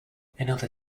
another